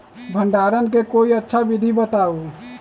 भंडारण के कोई अच्छा विधि बताउ?